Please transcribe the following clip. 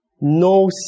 no